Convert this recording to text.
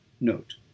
note